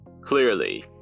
Clearly